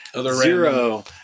zero